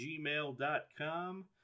gmail.com